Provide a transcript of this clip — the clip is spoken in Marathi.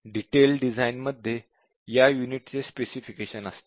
डिटेलड डिझाइन मध्ये या युनिट चे स्पेसिफिकेशन असते